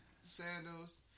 Sandals